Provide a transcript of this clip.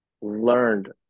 learned